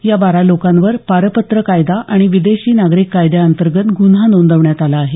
या बारा लोकांवर पारपत्र कायदा आणि विदेशी नागरिक कायद्याअतगेत गुन्हा नोदवण्यात आला आहे